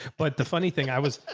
but the funny thing i was,